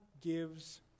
gives